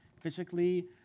physically